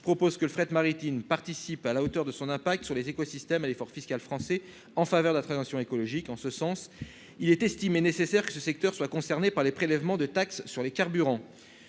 propose que le fret maritime, participe à la hauteur de son impact sur les écosystèmes à l'effort fiscal français en faveur d'appréhension écologique en ce sens, il est estimé nécessaire que ce secteur soit concerné par les prélèvements de taxes sur les carburants,